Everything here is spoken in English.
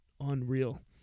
Unreal